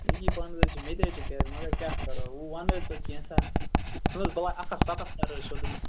پَہنتھ حظ چھِ میٚتہِ حظ چھِ گَرِ مگر کیاہ کَرو وۄنۍ وَن حط ژٕ کینٛژھاہ ژھٕن حظ بَلاے اَکھ ہتھ سَتتھ کَر حظ سیۄدٕے